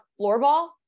floorball